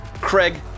Craig